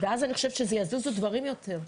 ואז אני חושבת שיזוזו דברים יותר.